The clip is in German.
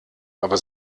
aber